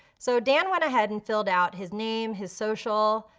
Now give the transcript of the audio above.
so dan went ahead and filled out his name, his social,